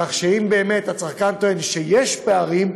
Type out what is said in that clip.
כך שאם באמת הצרכן טוען שיש פערים,